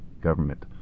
government